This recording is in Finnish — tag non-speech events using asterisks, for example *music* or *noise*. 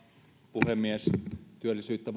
puhemies työllisyyttä *unintelligible*